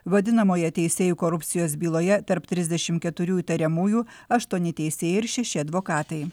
vadinamojoje teisėjų korupcijos byloje tarp trisdešim keturių įtariamųjų aštuoni teisėjai ir šeši advokatai